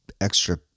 extra